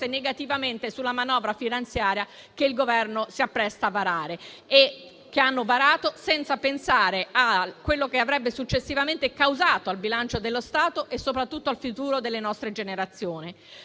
negativamente sulla manovra finanziaria che il Governo si appresta a varare, e che quei Governi hanno varato senza pensare a quello che avrebbero successivamente causato al bilancio dello Stato e soprattutto al futuro delle nostre generazioni.